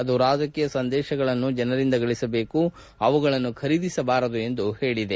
ಅದು ರಾಜಕೀಯ ಸಂದೇಶಗಳನ್ನು ಜನರಿಂದ ಗಳಿಸಬೇಕು ಅವುಗಳನ್ನು ಖರೀದಿಸಬಾರದು ಎಂದು ಹೇಳಿದೆ